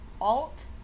alt